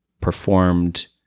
performed